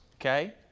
okay